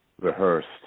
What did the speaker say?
rehearsed